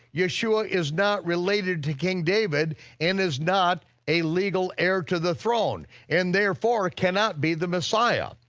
yeshua is not related to king david and is not a legal heir to the throne and therefore cannot be the messiah.